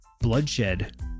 bloodshed